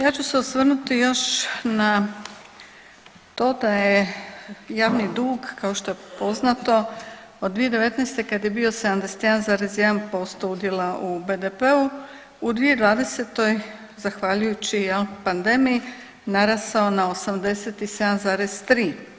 Ja ću se osvrnuti još na to da je javni dug kao što je poznato od 2019. kad je bio 71,1% udjela u BDP-u u 2020. zahvaljujući jel pandemiji narastao na 87,3.